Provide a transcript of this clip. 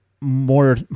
More